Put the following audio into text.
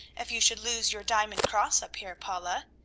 if you should lose your diamond cross up here, paula,